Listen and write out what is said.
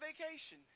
vacation